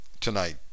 tonight